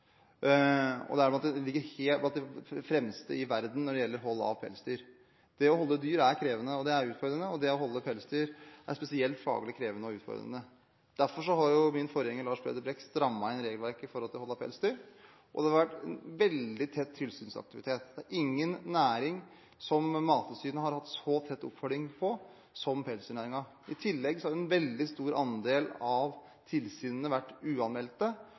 og den er blant de fremste i verden når det gjelder hold av pelsdyr. Det å holde dyr er krevende, det er utfordrende, og det å holde pelsdyr er spesielt faglig krevende og utfordrende. Derfor har min forgjenger Lars Peder Brekk strammet inn regelverket for hold av pelsdyr, og det har vært veldig tett tilsynsaktivitet. Det er ingen næring som Mattilsynet har hatt så tett oppfølging av som pelsdyrnæringen. I tillegg har en veldig stor andel av tilsynene vært uanmeldte,